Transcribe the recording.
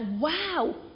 wow